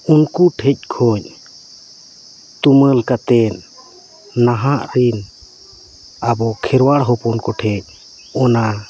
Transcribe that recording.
ᱩᱱᱠᱩ ᱴᱷᱮᱱ ᱠᱷᱚᱱ ᱛᱩᱢᱟᱹᱞ ᱠᱟᱛᱮᱫ ᱱᱟᱦᱟᱜ ᱨᱤᱱ ᱟᱵᱚ ᱠᱷᱮᱨᱣᱟᱲ ᱦᱚᱯᱚᱱ ᱠᱚᱴᱷᱮᱱ ᱚᱱᱟ